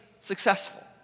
successful